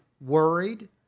worried